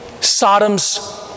Sodom's